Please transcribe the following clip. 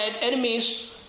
enemies